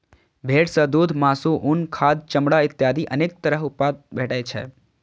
भेड़ सं दूघ, मासु, उन, खाद, चमड़ा इत्यादि अनेक तरह उत्पाद भेटै छै